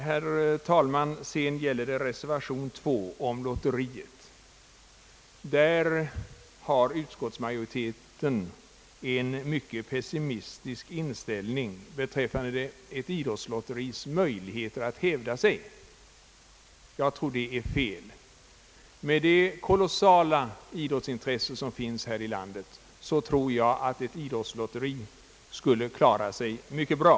När det gäller den andra reservationen, som tar upp frågan om ett lotteri, har utskottsmajoriteten en mycket pessimistisk uppfattning om möjligheterna för ett idrottslotteri att hävda sig. Jag tror att den har fel. Med det oerhört stora idrottsintresse som finns här i landet tror jag att ett idrottslotteri skulle klara sig mycket bra.